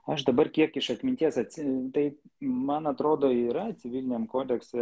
aš dabar kiek iš atminties atsi tai man atrodo yra civiliniam kodekse